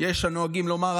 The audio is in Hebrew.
יש הנוהגים לומר,